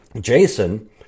Jason